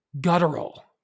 guttural